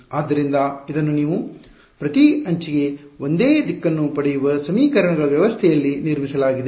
ಆದ್ದರಿಂದ ಇದನ್ನು ನೀವು ಪ್ರತಿ ಅಂಚಿಗೆ ಒಂದೇ ದಿಕ್ಕನ್ನು ಪಡೆಯುವ ಸಮೀಕರಣಗಳ ವ್ಯವಸ್ಥೆಯಲ್ಲಿ ನಿರ್ಮಿಸಲಾಗಿದೆ